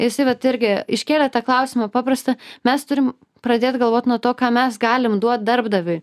jisai vat irgi iškėlė tą klausimą paprastą mes turim pradėt galvot nuo to ką mes galim duot darbdaviui